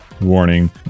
warning